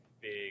big